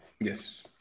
Yes